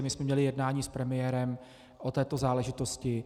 My jsme měli jednání s premiérem o této záležitosti.